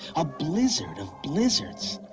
a blizzard of blizzards!